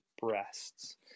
breasts